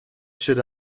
should